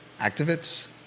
activists